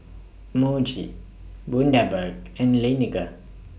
Muji Bundaberg and Laneige